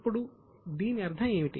ఇప్పుడు దీని అర్థం ఏమిటి